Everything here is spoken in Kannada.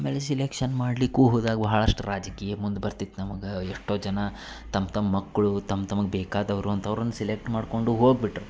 ಆಮೇಲೆ ಸಿಲೆಕ್ಷನ್ ಮಾಡ್ಲಿಕ್ಕೂ ಹೋದಾಗ ಬಹಳಷ್ಟು ರಾಜಕೀಯ ಮುಂದೆ ಬರ್ತಿತ್ತು ನಮ್ಗೆ ಎಷ್ಟೋ ಜನ ತಮ್ಮ ತಮ್ಮ ಮಕ್ಕಳು ತಮ್ಮ ತಮ್ಗೆ ಬೇಕಾದವರು ಅಂಥವ್ರನ್ ಸೆಲೆಕ್ಟ್ ಮಾಡಿಕೊಂಡು ಹೋಗಿಬಿಟ್ರು